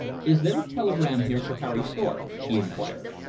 is there a telegram here for harry thorpe? he inquired.